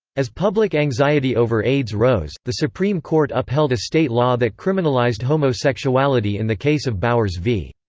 as public anxiety over aids rose, the supreme court upheld a state law that criminalized homosexuality in the case of bowers v.